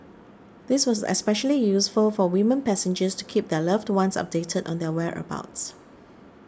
this was especially useful for women passengers to keep their loved ones updated on their whereabouts